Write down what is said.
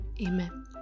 Amen